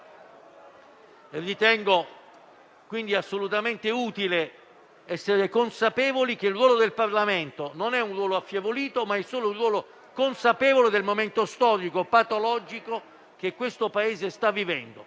Ritengo, quindi, assolutamente utile essere consapevoli che il ruolo del Parlamento non è affievolito, ma è solo consapevole del momento storico patologico che il Paese sta vivendo.